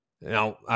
Now